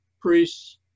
priests